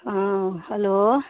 हँ हेलो